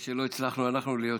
עד חמש דקות לרשותך,